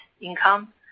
income